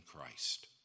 Christ